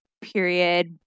period